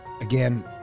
Again